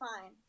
fine